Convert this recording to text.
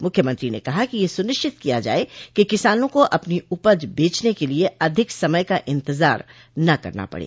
मुख्यमंत्री ने कहा कि यह सुनिश्चित किया जाये कि किसानों को अपनी उपज बेचने के लिये अधिक समय का इंतजार न करना पड़े